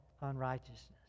unrighteousness